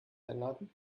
einladen